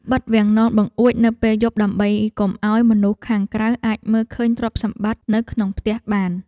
បិទវាំងននបង្អួចនៅពេលយប់ដើម្បីកុំឱ្យមនុស្សខាងក្រៅអាចមើលឃើញទ្រព្យសម្បត្តិនៅក្នុងផ្ទះបាន។